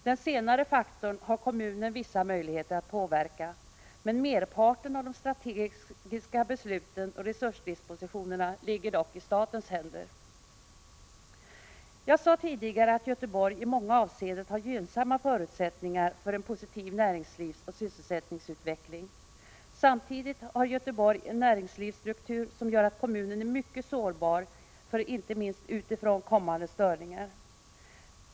Den senare faktorn har kommunen vissa möjligheter att påverka. Merparten av de strategiska besluten och resursdispositionerna ligger dock i statens händer. Jag sade tidigare att Göteborg i många avseenden har gynnsamma förutsättningar för en positiv näringslivsoch sysselsättningsutveckling. Samtidigt har Göteborg en näringslivsstruktur som gör kommunen mycket sårbar för inte minst utifrån kommande störningar.